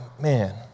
man